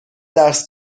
درس